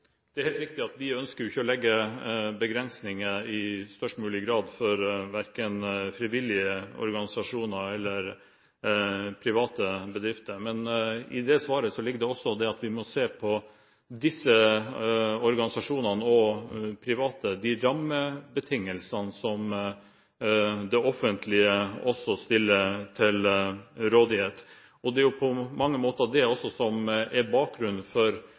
helt riktig at vi i størst mulig grad ikke ønsker å legge begrensninger, for verken frivillige organisasjoner eller private bedrifter. Men i det svaret ligger det også at vi må se på disse organisasjonene og de private bedriftene når det gjelder de rammebetingelsene som det offentlige stiller til rådighet. Det er på mange måter det som er bakgrunnen for